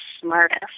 smartest